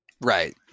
Right